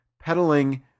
pedaling